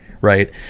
right